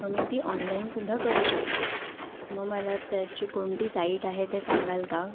मग मी ती ऑनलाईन सुद्धा करू शकते मग मला त्याची कोणती साईट आहे ते सांगाल का